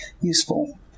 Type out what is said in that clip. useful